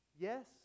yes